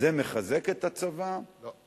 זה מחזק את הצבא, לא.